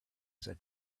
said